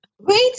Wait